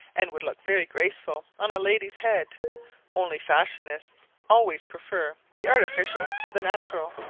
and would look very graceful on a lady's head only fashionists always prefer the artificial to the natural.